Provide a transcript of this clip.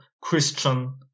Christian